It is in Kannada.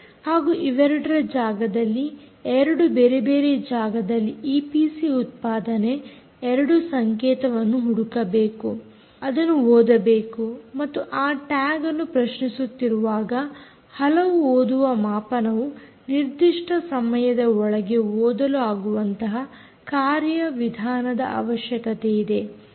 ಹಾಗೂ ಇವೆರಡು ಜಾಗದಲ್ಲಿ 2 ಬೇರೆ ಬೇರೆ ಜಾಗದಲ್ಲಿ ಈಪಿಸಿ ಉತ್ಪಾದನೆ 2 ಸಂಕೇತವನ್ನು ಹುಡುಕಬೇಕು ಅದನ್ನು ಓದಬೇಕು ಮತ್ತು ಆ ಟ್ಯಾಗ್ ಅನ್ನು ಪ್ರಶ್ನಿಸುತ್ತಿರುವಾಗ ಹಲವು ಓದುವ ಮಾಪನವು ನಿರ್ದಿಷ್ಟ ಸಮಯದ ಒಳಗೆ ಓದಲು ಆಗುವಂತಹ ಕಾರ್ಯ ವಿಧಾನದ ಅವಶ್ಯಕತೆಯಿದೆ